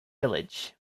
village